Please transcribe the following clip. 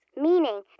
meaning